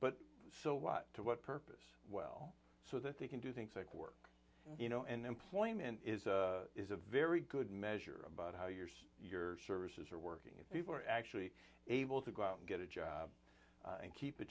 but so what to what purpose well so that they can do things like work you know and employment is a very good measure about how your your services are working if people are actually able to go out and get a job and keep